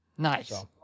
nice